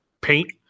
paint